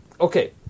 Okay